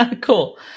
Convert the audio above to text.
Cool